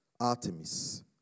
Artemis